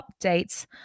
updates